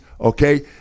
okay